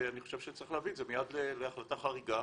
אני חושב שצריך להביא את זה מייד להחלטה חריגה